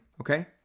okay